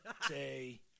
Say